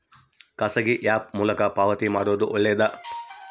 ಖಾಸಗಿ ಆ್ಯಪ್ ಮೂಲಕ ಪಾವತಿ ಮಾಡೋದು ಒಳ್ಳೆದಾ?